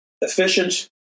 efficient